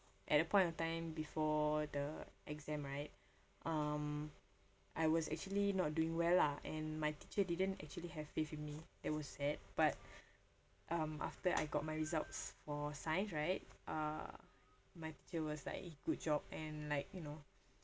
at the point of time before the exam right um I was actually not doing well lah and my teacher didn't actually have faith in me that was sad but um after I got my results for science right uh my teacher was like !ee! good job and like you know